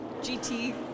GT